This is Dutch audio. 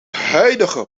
huidige